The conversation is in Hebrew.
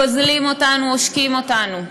גוזלים אותנו, עושקים אותנו.